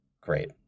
great